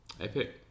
epic